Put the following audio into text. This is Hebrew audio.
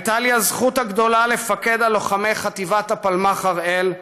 הייתה לי הזכות הגדולה לפקד על לוחמי חטיבת הפלמ"ח 'הראל',